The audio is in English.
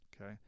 okay